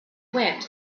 wind